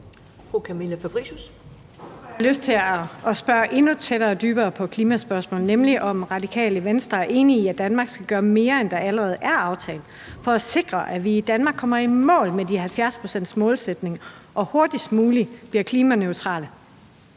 Jeg får lyst til at spørge endnu tættere og dybere ind til klimaspørgsmålet, nemlig om Radikale Venstre er enig i, at Danmark skal gøre mere, end der allerede er aftalt, for at sikre, at vi i Danmark kommer i mål med 70-procentsmålsætningen og hurtigst muligt bliver klimaneutrale.